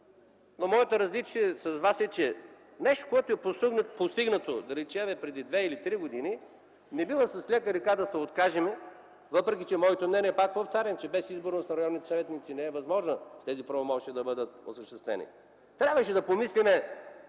Моето различие с Вас е, че нещо, което е постигнато, да речем, преди две или три години, не бива с лека ръка да се откажем. Моето мнение е, пак повтарям, че без изборност на районните съветници не е възможно тези правомощия да бъдат осъществени. Трябваше да помислим